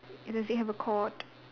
does it have a cord